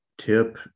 tip